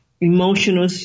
emotional